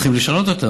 צריכים לשנות אותן,